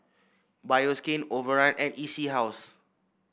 Bioskin Overrun and E C House